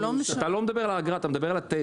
אתה לא מדבר על האגרה, אתה מדבר על הטסט.